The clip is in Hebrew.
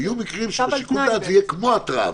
ויהיו מקרים שבשיקול הדעת זה יהיה כמו התראה.